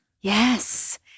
Yes